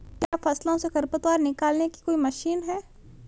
क्या फसलों से खरपतवार निकालने की कोई मशीन है?